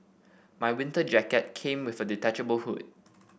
my winter jacket came with a detachable hood